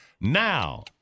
now